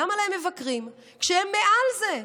למה להם מבקרים כשהם מעל זה?